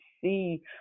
see